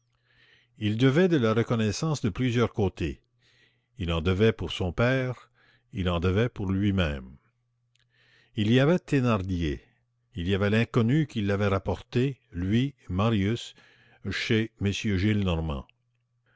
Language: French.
il devait de la reconnaissance de plusieurs côtés il en devait pour son père il en devait pour lui-même il y avait thénardier il y avait l'inconnu qui l'avait rapporté lui marius chez